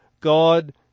God